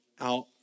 out